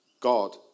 God